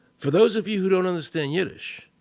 for those of you who don't understand yiddish,